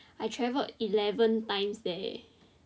I travel eleven times leh